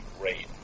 great